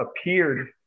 appeared